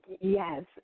Yes